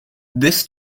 this